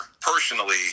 personally